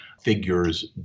figures